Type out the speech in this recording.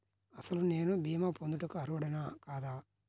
అసలు నేను భీమా పొందుటకు అర్హుడన కాదా?